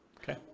okay